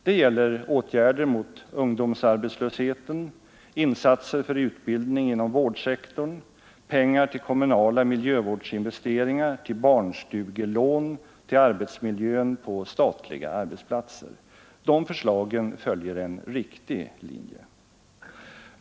Det gäller åtgärder mot ungdomsarbetslösheten, insatser för utbildning inom vårdsektorn, pengar till kommunala miljövårdsinvesteringar, till barnstugelån, till arbetsmiljön på statliga arbetsplatser Dessa förslag följer en riktig linje.